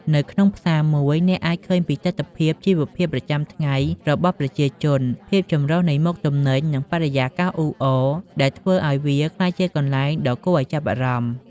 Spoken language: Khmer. នៅក្នុងផ្សារមួយ អ្នកអាចឃើញពីទិដ្ឋភាពជីវភាពប្រចាំថ្ងៃរបស់ប្រជាជន ភាពចម្រុះនៃមុខទំនិញ និងបរិយាកាសអ៊ូអរ ដែលធ្វើឱ្យវាក្លាយជាកន្លែងដ៏គួរឱ្យចាប់អារម្មណ៍។